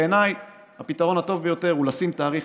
בעיניי הפתרון הטוב ביותר הוא לשים תאריך